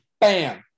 bam